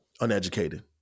uneducated